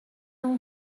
اون